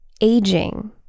aging